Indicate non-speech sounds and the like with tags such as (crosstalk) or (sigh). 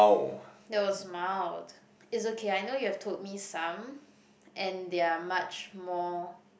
(breath) that was mild it's okay I know you have told me some (breath) and they are much more